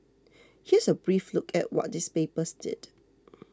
here's a brief look at what these papers did